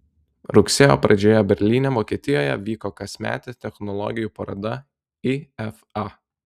rugsėjo pradžioje berlyne vokietijoje vyko kasmetė technologijų paroda ifa